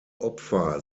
opfer